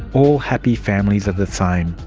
all happy families are the same,